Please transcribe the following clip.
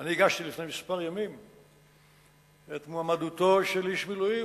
שאני הגשתי לפני כמה ימים את מועמדותו של איש מילואים